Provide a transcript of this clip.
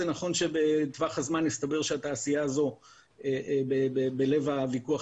זה נכון שבטווח הזמן הסתבר שהתעשייה הזו בלב הוויכוח